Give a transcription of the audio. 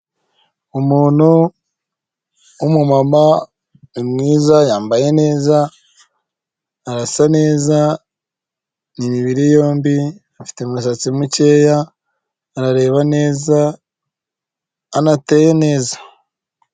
Umuntu w'umumama ni mwiza, yambaye neza, arasa neza, ni imibiri yombi, afite umusatsi mukeya, arareba neza, anateye neza.